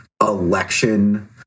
election